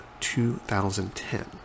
2010